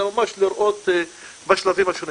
אלא ממש לראות בשלבים השונים.